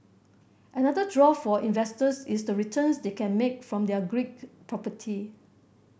another draw for investors is the returns they can make from their Greek property